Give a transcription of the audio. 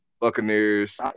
Buccaneers